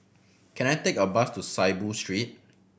can I take a bus to Saiboo Street